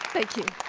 thank you.